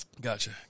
Gotcha